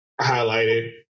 highlighted